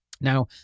Now